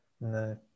No